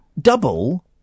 double